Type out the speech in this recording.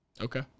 Okay